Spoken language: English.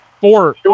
Four